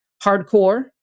hardcore